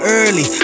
early